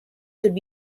could